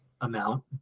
amount